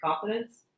confidence